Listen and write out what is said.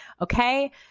Okay